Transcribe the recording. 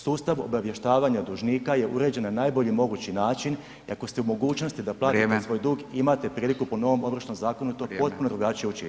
Sustav obavještavanja dužnika je uređen na najbolji mogući način i ako ste u mogućnosti da platite svoj dug imate priliku po novom Ovršnom zakonu to potpuno drugačije učiniti.